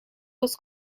was